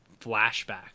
flashbacks